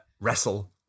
wrestle